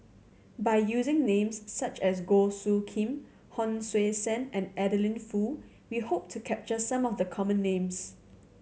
by using names such as Goh Soo Khim Hon Sui Sen and Adeline Foo we hope to capture some of the common names